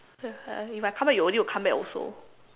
if I come back you will need to come back also